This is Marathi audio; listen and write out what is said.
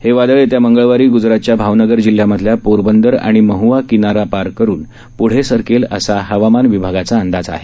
हे वादळ येत्या मंगळवारी गुजरातच्या भावनगर जिल्ह्यामधल्या पोरबंदर आणि महआ किनारा पार करून पूढे सरकेल असा हवामान विभागाचा अंदाज आहे